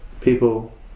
people